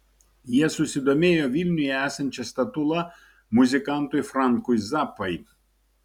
jie susidomėjo vilniuje esančia statula muzikantui frankui zappai